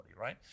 right